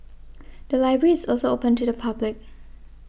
the library is also open to the public